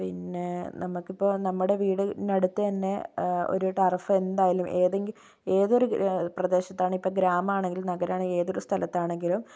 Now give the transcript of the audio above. പിന്നെ നമുക്കിപ്പോൾ നമ്മുടെ വീടിനടുത്ത് തന്നെ ഒര് ടർഫ് എന്തായാലും ഏതെങ്കിലും ഏതൊരു പ്രദേശത്താണെങ്കിലും ഇപ്പോൾ ഗ്രാമമാണെങ്കിലും നഗരമാണെങ്കിലും ഏതൊരു സ്ഥലത്താണെങ്കിലും